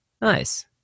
Nice